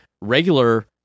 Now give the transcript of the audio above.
regular